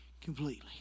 completely